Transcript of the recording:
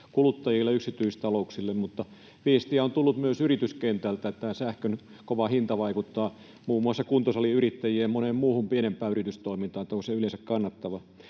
kuluttajille ja yksityistalouksille, mutta viestiä on tullut myös yrityskentältä, että tämä sähkön kova hinta vaikuttaa muun muassa kuntosaliyrittäjien ja moneen muuhun pienempään yritystoimintaan, että onko se yleensä kannattavaa.